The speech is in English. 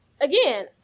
again